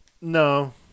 No